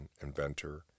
inventor